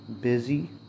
busy